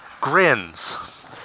grins